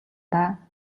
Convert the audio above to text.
даа